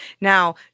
Now